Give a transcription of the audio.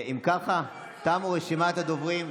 אם ככה, תמה רשימת הדוברים.